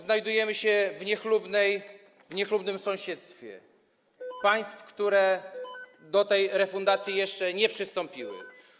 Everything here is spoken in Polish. Znajdujemy się w niechlubnym sąsiedztwie państw, które do tej refundacji jeszcze nie przystąpiły.